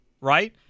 right